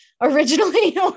originally